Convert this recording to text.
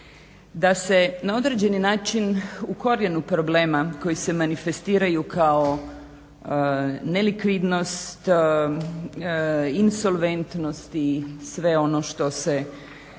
Da se na određeni način u korijenu problema koji se manifestiraju kao nelikvidnost, insolventnost i sve ono što se